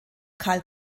carl